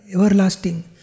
everlasting